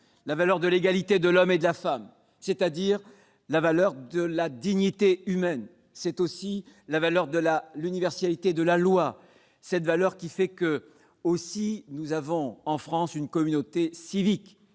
la valeur de l'égalité de l'homme et de la femme, c'est-à-dire la valeur de la dignité humaine. Elle s'oppose aussi à la valeur de l'universalité de la loi, cette valeur qui fait que nous avons, en France, une communauté civique,